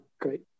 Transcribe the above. Great